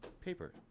paper